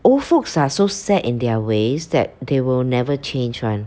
old folks are so set in their ways that they will never change [one]